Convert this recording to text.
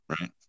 right